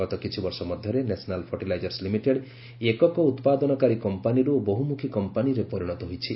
ଗତ କିଛିବର୍ଷ ମଧ୍ୟରେ ନ୍ୟାସନାଲ୍ ଫର୍ଟିଲାଇଜର୍ସ ଲିମିଟେଡ୍ ଏକକ ଉତ୍ପାଦନକାରୀ କମ୍ପାନୀରୁ ବହୁମୁଖୀ କମ୍ପାନୀରେ ପରିଣତ ହୋଇଛି